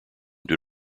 due